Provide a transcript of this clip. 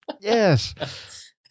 Yes